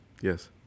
Yes